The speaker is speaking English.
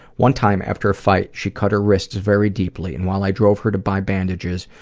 one time, after a fight, she cut her wrists very deeply, and while i drove her to buy bandages,